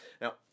Now